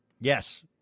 Yes